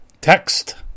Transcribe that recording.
text